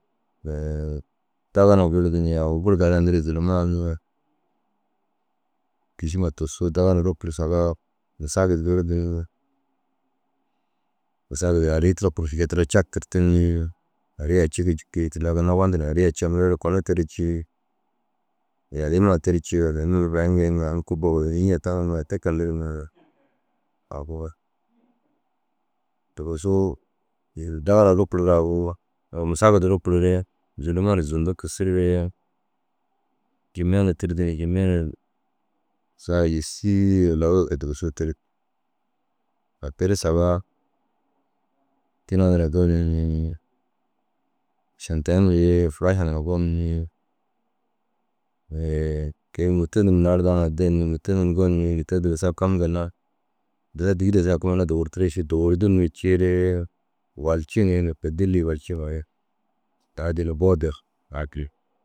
Dagana girdu ni agu buru digandire zûloma a unnu kîšima tussu dagana rukur saga misaagid girdu ni musaagid ru arii tira kurtirde tira cagtirtir ni arii aci gii cikii tinda ginna wandir arii aci ai mire unnu kuno terii cii? Yaliima ŋa terii cii walla ini mire burai ŋa înni? Aŋ kubbu ôwulim njiŋa tiganigaa tekee ndir ni. Agu dugusuu dagana ru lukuruure agu au musaagid du lukur ni zûloma na zundu kisiriiree Jimene tirdu jimene ru sa yîsii lau ye kege tigisuure tirdu. A kee ru saga tîna niraa gonir ni šandai nuruu ye furaša niraa gonir ni kei mûto nuruu naardaa ŋa den ni mûto nuruu gonir ni mûto digisa kam ginna digisa dîgirem saa foo ginna dôwortire ši dôwodir ni ciiree walci ni. Têgeli walcimare daa dîi ni boo der. A kee